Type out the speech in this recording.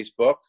Facebook